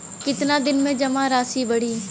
कितना दिन में जमा राशि बढ़ी?